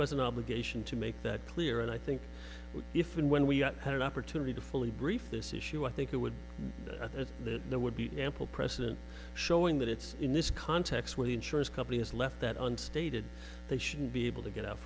an obligation to make that clear and i think if and when we had opportunity to fully brief this issue i think it would then there would be ample precedent showing that it's in this context where the insurance company has left that unstated they shouldn't be able to get out